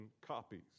copies